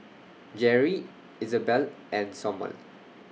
Jerri Izabelle and Sommer